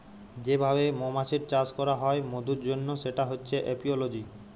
যে ভাবে মমাছির চাষ ক্যরা হ্যয় মধুর জনহ সেটা হচ্যে এপিওলজি